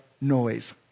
noise